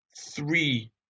three